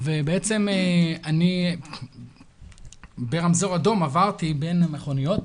בעצם, אני ברמזור אדום, עברתי בין מכוניות.